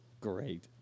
great